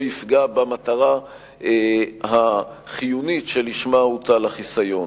תיפגע המטרה החיונית שלשמה הוטל החיסיון.